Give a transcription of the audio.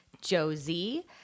josie